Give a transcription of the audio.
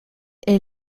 est